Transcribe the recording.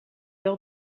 lors